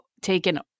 taken